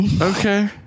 Okay